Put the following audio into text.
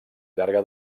llarga